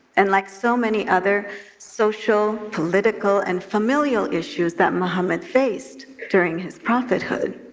and like so many other social, political, and familial issues that muhammed faced during his prophethood,